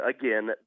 again